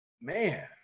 man